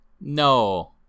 No